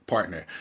partner